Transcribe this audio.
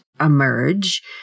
emerge